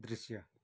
दृश्य